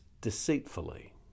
deceitfully